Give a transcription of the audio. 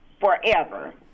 forever